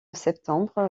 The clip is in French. septembre